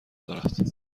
دارد